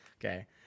okay